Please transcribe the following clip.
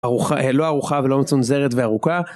לא ערוכה ולא מצונזרת וארוכה.